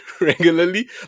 regularly